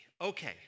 Okay